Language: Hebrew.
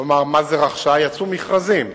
כלומר, יצאו מכרזים.